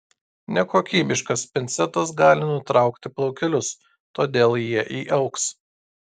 nekokybiškas pincetas gali nutraukti plaukelius todėl jie įaugs